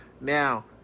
Now